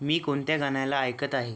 मी कोणत्या गाण्याला ऐकत आहे